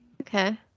Okay